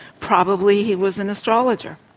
probably he was an astrologer,